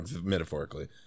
metaphorically